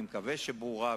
אני מקווה שהיא ברורה,